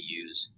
use